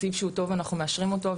תקציב שאותו טוב אנחנו מאשרים אותו,